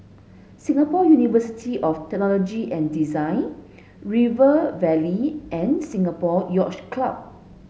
Singapore University of Technology and Design River Valley and Singapore Yacht Club